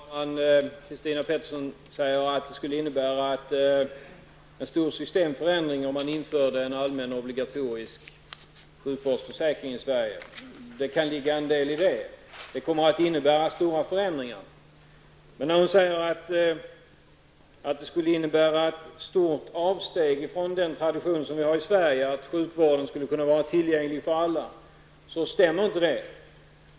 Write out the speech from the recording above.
Fru talman! Christina Pettersson säger att det skulle innebära en stor systemförändring om man införde en allmän obligatorisk sjukvårdsförsäkring i Sverige. Det kan ligga en del i det. Det kommer att innebära stora förändringar. Men när hon säger att det skulle innebära ett stort avsteg från den tradition som vi har i Sverige, att sjukvården skall vara tillgänglig för alla, stämmer det inte.